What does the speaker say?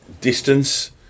distance